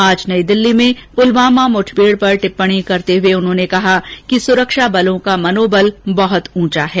आज नई दिल्ली में पुलवामा मुठभेड़ पर टिप्पणी करते हुए उन्होंने कहा कि सुरक्षा बलों का मनोबल बहत ऊंचा है